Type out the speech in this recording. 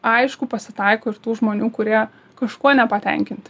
aišku pasitaiko ir tų žmonių kurie kažkuo nepatenkinti